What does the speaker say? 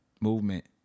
Movement